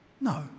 No